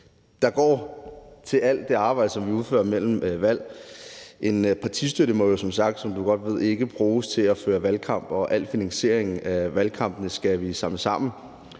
der går til alt det arbejde, som vi udfører mellem valg. En partistøtte må jo som sagt godt, som du godt ved, ikke bruges til at føre valgkamp, og al finansiering af valgkampene skal vi samle sammen.